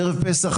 בערב פסח,